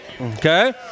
Okay